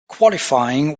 qualifying